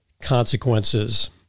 consequences